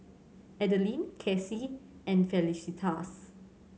Adaline Kasey and Felicitas